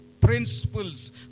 principles